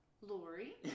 Lori